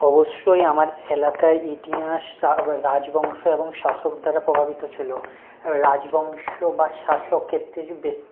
অবশ্যই আমার এলাকায় ইতিহাস রাজবংশ এবং শাসক দ্বারা প্রভাবিত ছিলো রাজবংশ বা শাসকের